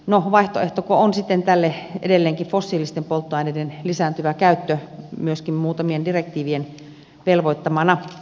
no vaihtoehtoko tälle on sitten edelleenkin fossiilisten polttoaineiden lisääntyvä käyttö myöskin muutamien direktiivien velvoittamana